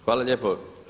Hvala lijepo.